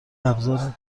ابزار